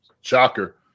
shocker